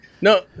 no